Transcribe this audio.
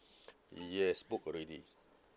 yes booked already